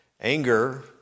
Anger